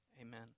amen